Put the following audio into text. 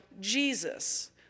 Jesus